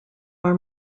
are